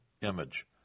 image